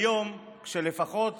כיום, כשלפחות